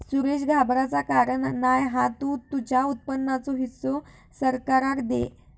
सुरेश घाबराचा कारण नाय हा तु तुझ्या उत्पन्नाचो हिस्सो सरकाराक दे